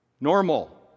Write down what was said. normal